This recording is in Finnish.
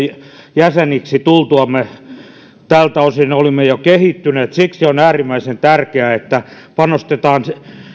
jäseniksi tultuamme olimme tältä osin jo kehittyneet siksi on äärimmäisen tärkeää että panostetaan